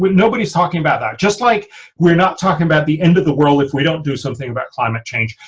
but nobody's talking about that just like we're not talking about the end of the world if we don't do something about climate change,